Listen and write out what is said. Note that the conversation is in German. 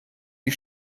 die